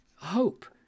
Hope